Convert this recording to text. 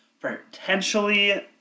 potentially